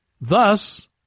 thus